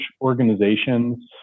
organizations